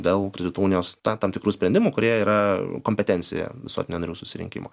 dėl kredito unijos tam tikrų sprendimų kurie yra kompetencija visuotinio narių susirinkimo